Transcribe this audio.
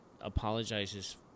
apologizes